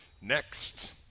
Next